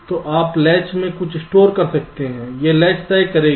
तो आप लैच में कुछ स्टोर कर सकते हैं यह लैच तय करेगी